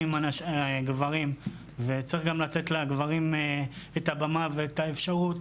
גברים וצריך גם לתת לגברים את הבמה ואת האפשרות.